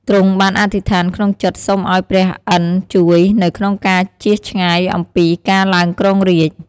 ទ្រង់បានអធិដ្ឋានក្នុងចិត្តសុំឱ្យព្រះឥន្ទ្រជួយ នៅក្នុងការជៀសឆ្ងាយអំពីការឡើងគ្រោងរាជ្យ។